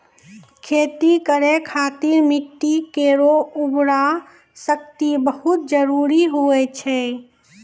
खेती करै खातिर मिट्टी केरो उर्वरा शक्ति बहुत जरूरी होय छै